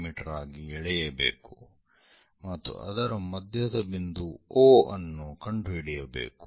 me ಆಗಿ ಎಳೆಯಬೇಕು ಮತ್ತು ಅದರ ಮಧ್ಯದ ಬಿಂದು O ಅನ್ನು ಕಂಡುಹಿಡಿಯಬೇಕು